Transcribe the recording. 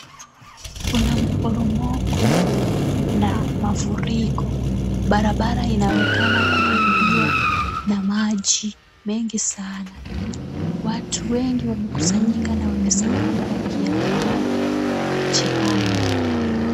Kuna mporomoko na mafuriko ,barabara inaonekana kuharibiwa na maji, mengi sana watu wengi wamekusanyika na wamesimama wakiangalia maji hayo.